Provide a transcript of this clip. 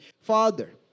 Father